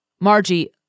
Margie